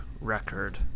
record